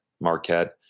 Marquette